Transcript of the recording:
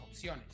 opciones